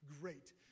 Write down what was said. great